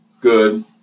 good